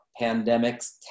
pandemics